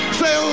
say